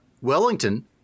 Wellington